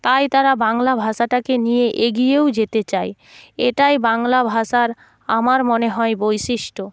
তাই তারা বাংলা ভাষাটাকে নিয়ে এগিয়েও যেতে চায় এটাই বাংলা ভাষার আমার মনে হয় বৈশিষ্ট্য